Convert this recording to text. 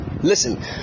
Listen